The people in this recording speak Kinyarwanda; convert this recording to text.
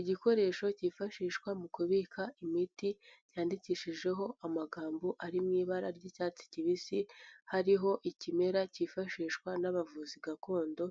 Igikoresho cyifashishwa mu kubika imiti yandikishijeho amagambo ari mu ibara ry'icyatsi kibisi, hariho ikimera cyifashishwa n'abavuzi gakondo,